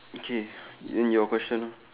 okay in your question